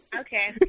Okay